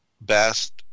best